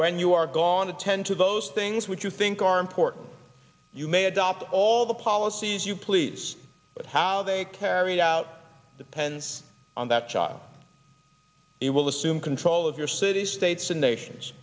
when you are gone to tend to those things which you think are important you may adopt all the policies you please but how they carried out depends on that child it will assume control of your cities states and nations